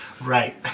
Right